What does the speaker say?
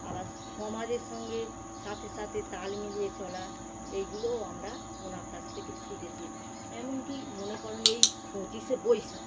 আবার সমাজের সঙ্গে সাথে সাথে তাল মিলিয়ে চলা এইগুলোও আমরা ওনার কাছ থেকে শিখেছি এমনকি মনে করুন এই পঁচিশে বৈশাখ